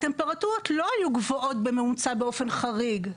הטמפרטורות לא היו גבוהות בממוצע באופן חריג.